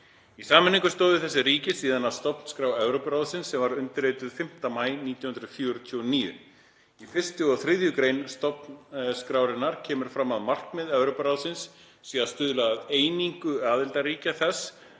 Í sameiningu stóðu þessi ríki síðan að stofnskrá Evrópuráðsins sem var undirrituð 5. maí 1949. Í 1. og 3. gr. stofnskrárinnar kemur fram að markmið Evrópuráðsins sé að stuðla að einingu aðildarríkja þess